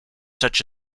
such